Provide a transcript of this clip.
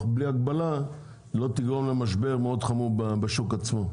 בלי הגבלה לא תגרום למשבר חמור מאוד בשוק עצמו.